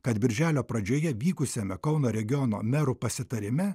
kad birželio pradžioje vykusiame kauno regiono merų pasitarime